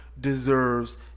deserves